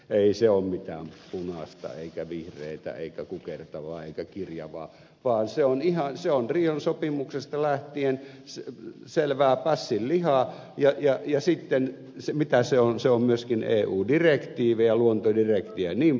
ei se ole mitään punaista eikä vihreätä eikä kukertavaa eikä kirjavaa vaan se on rion sopimuksesta lähtien selvää pässinlihaa ja sitten mitä se on se on myöskin eu direktiivi ja luontodirektiivi jnp